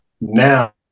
now